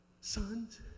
sons